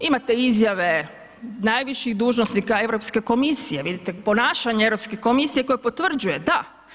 Imate izjave najviših dužnosnika Europske komisije, vidite ponašanje Europske komisije koji potvrđuje da.